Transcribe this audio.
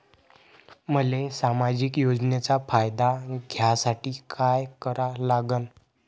मले सामाजिक योजनेचा फायदा घ्यासाठी काय करा लागन?